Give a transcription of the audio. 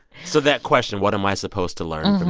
so that question, what am i supposed to learn from